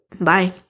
Bye